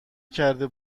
کرده